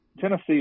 Tennessee